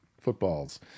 footballs